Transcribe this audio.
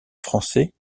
français